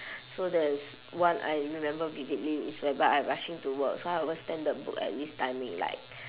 so there's one I remember vividly is whereby I rushing to work so I will standard book at this timing like